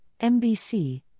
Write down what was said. MBC